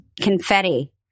Confetti